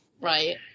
Right